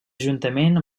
juntament